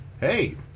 hey